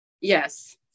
yes